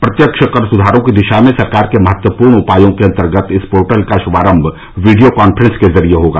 प्रत्यक्ष कर सुधारों की दिशा में सरकार के महत्वपूर्ण उपायों के अंतर्गत इस पोर्टल का शुभारंभ वीडियो कांफ्रेंस के जरिए होगा